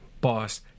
boss